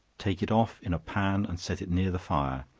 take it off in a pan and set it near the fire,